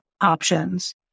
options